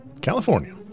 California